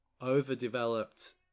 overdeveloped